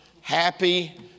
happy